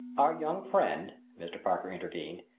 our young friend, mr. parker intervened,